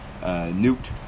Newt